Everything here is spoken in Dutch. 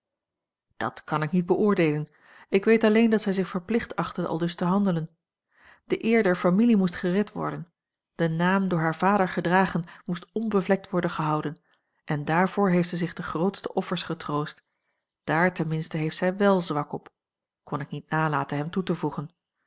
dat kan ik niet beoordeelen ik weet alleen dat zij zich verplicht achtte aldus te handelen de eer der familie moest gered worden de naam door haar vader gedragen moest onbevlekt worden gehouden en daarvoor heeft zij zich de grootste offers getroost dààr ten minste heeft zij wél zwak op kon ik niet nalaten hem toe te voegen